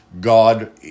God